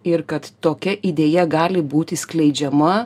ir kad tokia idėja gali būti skleidžiama